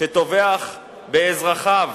שטובח באזרחיו